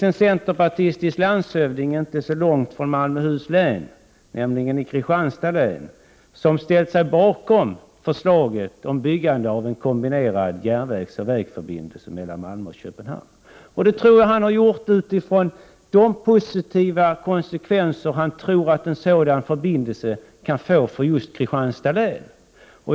En centerpartistisk landshövding inte så långt från Malmöhus län, nämligen i Kristianstads län, har ställt sig bakom förslaget om byggande av en kombinerad järnvägsoch vägförbindelse mellan Malmö och Köpenhamn. Jag antar att han gjort det med hänsyn till de positiva konsekvenser han tror att en sådan förbindelse kan få för just Kristianstads län.